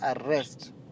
arrest